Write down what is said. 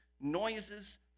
noises